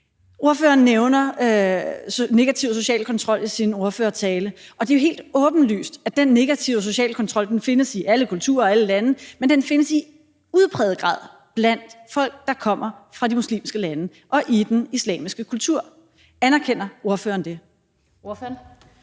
Ordfører nævner negativ social kontrol i sin ordførertale, og det er jo helt åbenlyst, at den negative sociale kontrol findes i alle kulturer og alle lande, men den findes i udpræget grad blandt folk, der kommer fra de muslimske lande, og i den islamiske kultur. Anerkender ordføreren det?